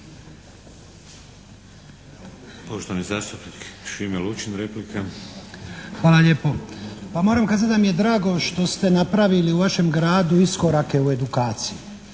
Poštovani zastupnik Šime Lučin, replika. **Lučin, Šime (SDP)** Hvala lijepo. Pa moram kazati da mi je drago što ste napravili u vašem gradu iskorake u edukaciji.